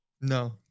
No